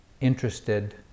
interested